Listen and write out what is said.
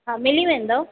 हा मिली वेंदव